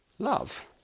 love